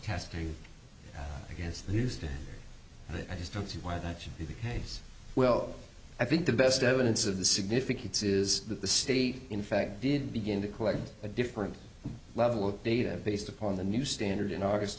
casting against used i just don't see why that should be the case well i think the best evidence of the significance is that the state in fact did begin to collect a different level of data based upon the new standard in august